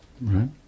Right